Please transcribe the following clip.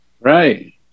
Right